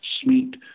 Sweet